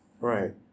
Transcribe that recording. Right